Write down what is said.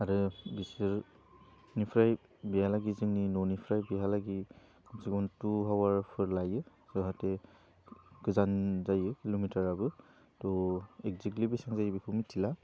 आरो बिसोरनिफ्राय बेहालागै जोंनि न'निफ्राय बेहालागै खमसेखम थु हावारफोर लायो जाहाते गोजान जायो किल'मिटाराबो थ' एकजेकलि बिसिबां जायो बेखौ मिथिला